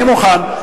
אני מוכן,